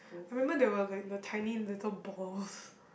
I remember there were like the tiny little balls